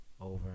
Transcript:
over